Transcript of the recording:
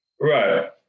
Right